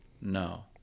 no